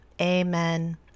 Amen